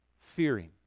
fearing